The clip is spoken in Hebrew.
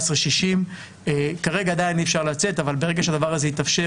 60. כרגע עדיין אי אפשר לצאת אבל ברגע שהדבר הזה יתאפשר,